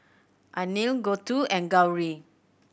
Anil Gouthu and Gauri